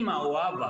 אמא או אבא